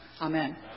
Amen